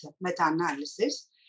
meta-analysis